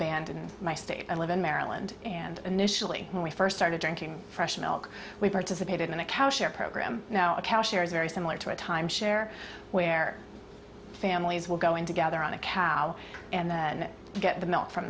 band in my state i live in maryland and initially when we first started drinking fresh milk we participated in a cow share program very similar to a timeshare where families will go in together on a cow and then get the milk from